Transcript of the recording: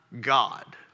God